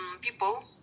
people